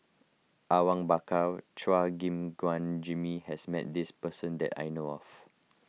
Awang Bakar Chua Gim Guan Jimmy has met this person that I know of